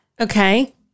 okay